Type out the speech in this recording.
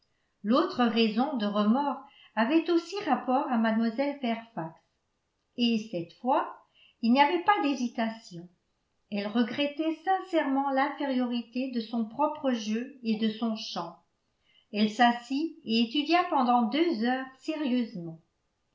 l'autre raison de remords avait aussi rapport à mlle fairfax et cette fois il n'y avait pas d'hésitation elle regrettait sincèrement l'infériorité de son propre jeu et de son chant elle s'assit et étudia pendant deux heures sérieusement